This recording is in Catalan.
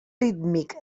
rítmic